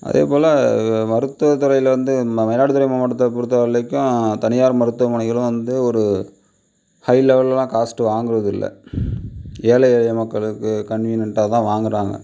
அதே போல் மருத்துவத்துறையில வந்து மயிலாடுதுறை மாவட்டத்தை பொறுத்த வரைக்கும் தனியார் மருத்துவமனைகளும் வந்து ஒரு ஹை லெவல்லலாம் காஸ்ட் வாங்குறது இல்லை ஏழை எளிய மக்களுக்கு கன்வினியன்ட்டாக தான் வாங்குறாங்க